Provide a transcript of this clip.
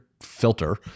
filter